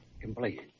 complete